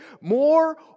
More